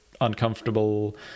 uncomfortable